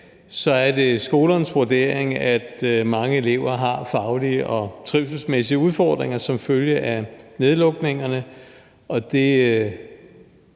er det skolernes vurdering, at mange elever har faglige og trivselsmæssige udfordringer som følge af nedlukningerne,